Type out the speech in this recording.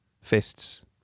Fists